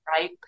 Right